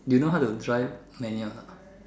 you know how to drive manual or not